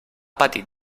patit